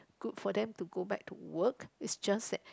good for them to go back to work is just that